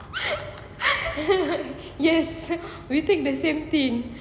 yes we take the same thing